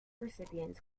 recipients